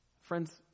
Friends